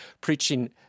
preaching